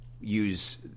use